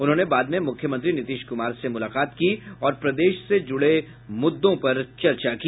उन्होंने बाद में मुख्यमंत्री नीतीश कुमार से भी मुलाकात की और प्रदेश से जुड़े मुद्दों पर चर्चा की